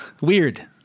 weird